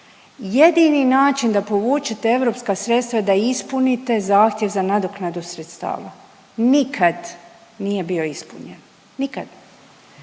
Jedini način da povučete europska sredstva je da ispunite zahtjev za nadoknadu sredstava. Nikad nije bio ispunjen, nikad.